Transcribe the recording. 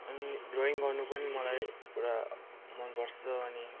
अनि ड्रइङ गर्नु पनि मलाई पुरा मन पर्छ अनि